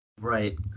Right